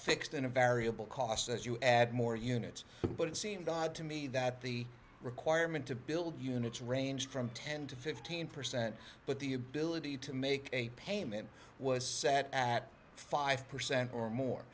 fixed and a variable cost as you add more units but it seemed odd to me that the requirement to build units ranged from ten to fifteen percent but the ability to make a payment was set at five percent or